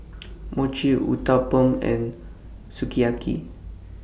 Mochi Uthapam and Sukiyaki